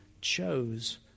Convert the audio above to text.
chose